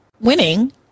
winning